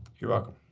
you're welcome.